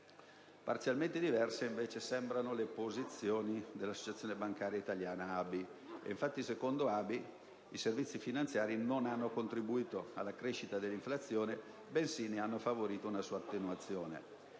Parzialmente diverse invece sembrano le posizioni dell'Associazione bancaria italiana, ABI. Infatti, secondo ABI, i servizi finanziari non hanno contribuito alla crescita dell'inflazione, ma hanno anzi favorito una sua attenuazione.